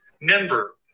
member